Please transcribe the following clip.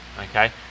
okay